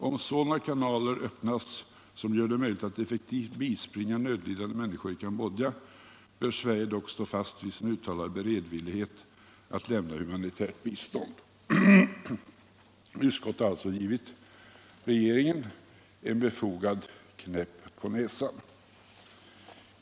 Om sådana kanaler öppnas som gör det möjligt att effektivt bispringa nödlidande människor i Cambodja, bör Sverige dock stå fast vid sin uttalade beredvillighet att lämna humanitärt bistånd.” Utskottet har alltså givit regeringen en befogad knäpp på näsan.